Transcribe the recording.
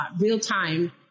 real-time